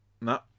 No